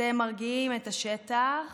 אתם מרגיעים את השטח